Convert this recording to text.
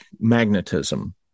Magnetism